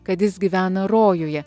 kad jis gyvena rojuje